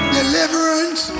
deliverance